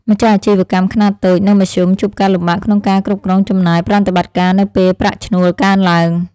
ម្ចាស់អាជីវកម្មខ្នាតតូច និងមធ្យមជួបការលំបាកក្នុងការគ្រប់គ្រងចំណាយប្រតិបត្តិការនៅពេលប្រាក់ឈ្នួលកើនឡើង។